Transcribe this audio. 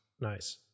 nice